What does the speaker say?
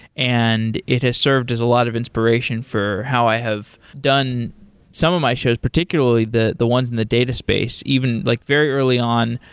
and it has served as a lot of inspiration for how i have done some of my shows, particularly the the ones in the data space. even like very early on,